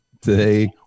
today